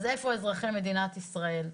אז איפה אזרחי מדינת ישראל.